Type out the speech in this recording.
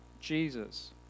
Jesus